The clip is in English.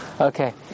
Okay